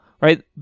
right